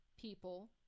people